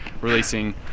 releasing